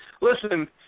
Listen